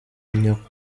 nyakuri